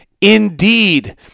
Indeed